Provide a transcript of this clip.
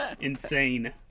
insane